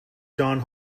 john